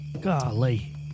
Golly